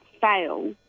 fail